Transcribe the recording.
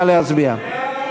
נא להצביע.